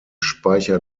speicher